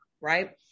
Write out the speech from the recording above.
right